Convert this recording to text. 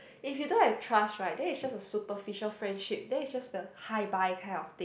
if you don't have trust right then it is just a superficial friendship then it is just the hi bye kind of thing